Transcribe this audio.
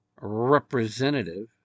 Representative